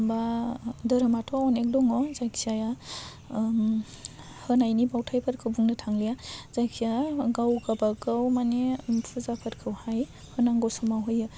बा दोहोरोमाथ' अनेक दङ जायखिजाया होनायनि बावथायफोरखौ बुनो थांलिया जायखिया गाव गावबा गाव माने फुजाफोरखौहाय होनांगौ समाव होयो